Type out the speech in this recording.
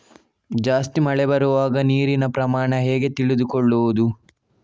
ಜಾಸ್ತಿ ಮಳೆ ಬರುವಾಗ ನೀರಿನ ಪ್ರಮಾಣ ಹೇಗೆ ತಿಳಿದುಕೊಳ್ಳುವುದು?